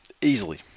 Easily